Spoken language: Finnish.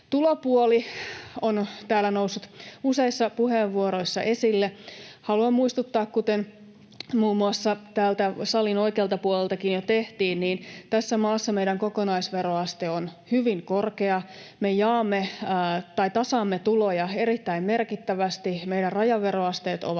Tulopuoli on täällä noussut useissa puheenvuoroissa esille. Haluan muistuttaa, kuten muun muassa täältä salin oikealta puoleltakin jo tehtiin, että tässä maassa meidän kokonaisveroaste on hyvin korkea. Me tasaamme tuloja erittäin merkittävästi, meidän rajaveroasteet ovat